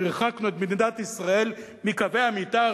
הרחקנו את מדינת ישראל מקווי המיתאר